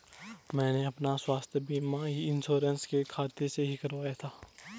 मैंने अपना स्वास्थ्य बीमा ई इन्श्योरेन्स के खाते से ही कराया था